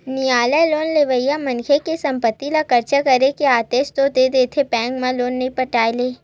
नियालय लोन लेवइया मनखे के संपत्ति ल कब्जा करे के आदेस तो दे देथे बेंक ल लोन नइ पटाय ले